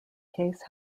case